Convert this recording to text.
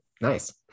nice